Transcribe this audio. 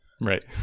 Right